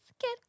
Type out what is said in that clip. get